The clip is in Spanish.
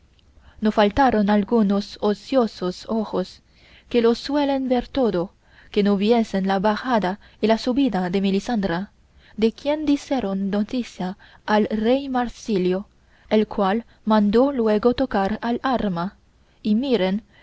no faltaron algunos ociosos ojos que lo suelen ver todo que no viesen la bajada y la subida de melisendra de quien dieron noticia al rey marsilio el cual mandó luego tocar al arma y miren